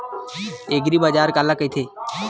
एग्रीबाजार काला कइथे?